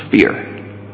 fear